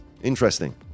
Interesting